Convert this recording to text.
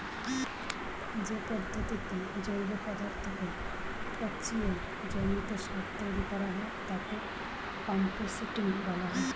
যে পদ্ধতিতে জৈব পদার্থকে পচিয়ে জমিতে সার তৈরি করা হয় তাকে কম্পোস্টিং বলা হয়